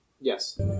Yes